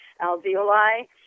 alveoli